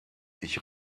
ich